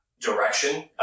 direction